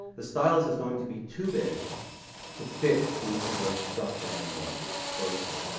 the stylus is going to be too big to fit into the structure anymore vertically,